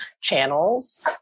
channels